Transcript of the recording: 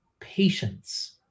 patience